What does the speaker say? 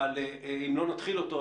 אבל אם לא נתחיל אותו,